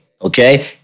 okay